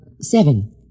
Seven